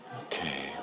Okay